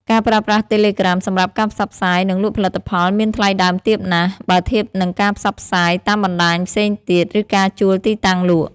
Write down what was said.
ការប្រើប្រាស់តេឡេក្រាមសម្រាប់ការផ្សព្វផ្សាយ និងលក់ផលិតផលមានថ្លៃដើមទាបណាស់ បើធៀបនឹងការផ្សព្វផ្សាយតាមបណ្ដាញផ្សេងទៀត ឬការជួលទីតាំងលក់។